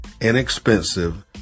inexpensive